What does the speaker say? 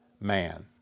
man